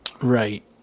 Right